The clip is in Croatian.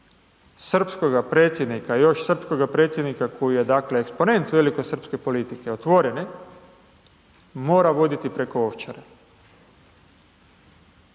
srpskoga predsjednika, još srpskoga predsjednika koji je, dakle, eksponent velikosrpske politike otvorene, mora voditi preko Ovčare